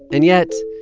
and yet,